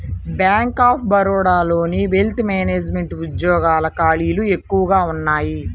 bank of బరోడాలోని wealth management ఉద్యోగాల ఖాళీలు ఎక్కువగా ఉన్నయ్యి